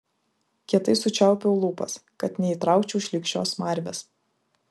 kietai sučiaupiau lūpas kad neįtraukčiau šlykščios smarvės